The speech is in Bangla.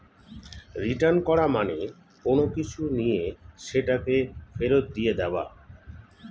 রিটার্ন করা মানে কোনো কিছু নিয়ে সেটাকে ফেরত দিয়ে দেওয়া